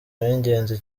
w’ingenzi